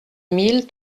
mille